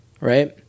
right